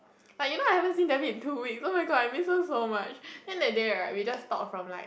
like you know I haven't seen Devin in two weeks oh-my-god I miss her so much then that day right we just talk from like